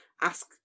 ask